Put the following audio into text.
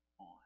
on